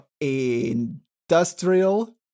industrial